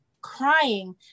crying